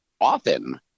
often